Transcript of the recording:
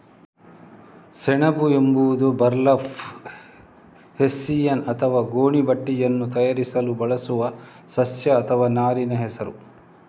ಸೆಣಬು ಎಂಬುದು burlap, hessian ಅಥವಾ ಗೋಣಿ ಬಟ್ಟೆಯನ್ನು ತಯಾರಿಸಲು ಬಳಸುವ ಸಸ್ಯ ಅಥವಾ ನಾರಿನ ಹೆಸರು